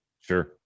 Sure